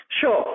Sure